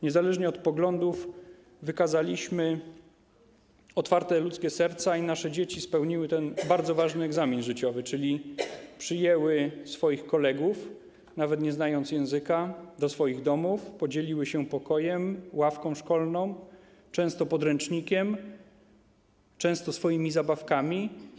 Niezależnie od poglądów wykazaliśmy otwarte ludzkie serca i nasze dzieci zdały ten bardzo ważny egzamin życiowy, czyli przyjęły swoich kolegów, nawet nie znając języka, do swoich domów, podzieliły się pokojem, ławką szkolną, często podręcznikiem, często swoimi zabawkami.